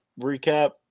recap